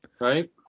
Right